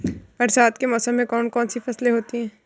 बरसात के मौसम में कौन कौन सी फसलें होती हैं?